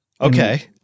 Okay